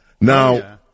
Now